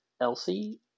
Elsie